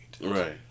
Right